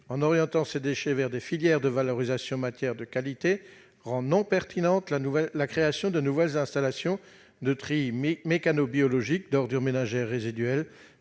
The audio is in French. en orientant ces déchets vers des filières de valorisation en matière de qualité rend non pertinente la création de nouvelles installations de tri mécano-biologique d'ordures ménagères résiduelles